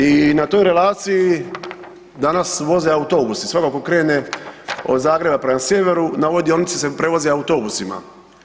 I na toj relaciji danas voze autobusi, svako ko krene od Zagreba prema sjeveru, na ovoj dionici se prevozi autobusima.